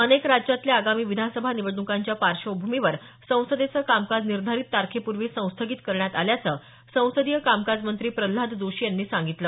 अनेक राज्यातल्या आगामी विधानसभा निवडणुकांच्या पार्श्वभूमीवर संसदेचं कामकाज निर्धारित तारखेपूर्वी संस्थगित करण्यात आल्याचं संसदीय कामकाज मंत्री प्रल्हाद जोशी यांनी सांगितलं